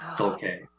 okay